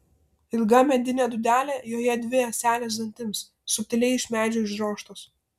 ilga medinė dūdelė joje dvi ąselės dantims subtiliai iš medžio išdrožtos